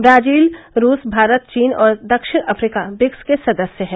Brazil रूस भारत चीन और दक्षिण अफ्रीका ब्रिक्स के सदस्य हैं